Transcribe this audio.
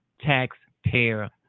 taxpayer